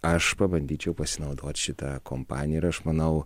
aš pabandyčiau pasinaudot šita kompanija ir aš manau